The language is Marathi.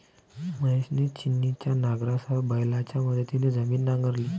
महेशने छिन्नीच्या नांगरासह बैलांच्या मदतीने जमीन नांगरली